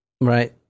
right